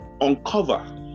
uncover